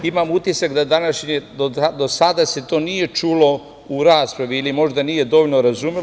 Imam utisak da do sada se to nije čulo u raspravi ili možda nije dovoljno razumelo.